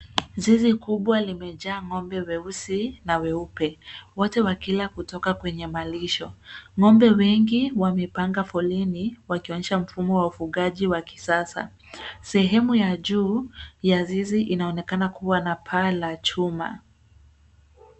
Zizi kubwa limejaa ng’ombe weusi na weupe. Wote wakila kutoka kwenye malisho. Ng’ombe wengi wamepanga foleni, wakionyesha mfumo wa ufugaji wa kisasa. Sehemu ya juu ya zizi inaonekana kuwa na paa la chuma.